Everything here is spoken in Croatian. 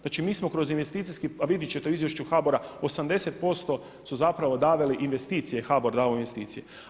Znači, mi smo kroz investicijski, a vidjet ćete u izvješću HBOR-a 80% su zapravo davali investicije, HBOR dao investicije.